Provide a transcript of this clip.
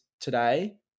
today